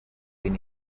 been